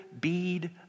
bead